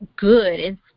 good